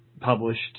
published